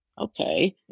Okay